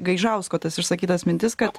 gaižausko tas išsakytas mintis kad